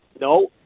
No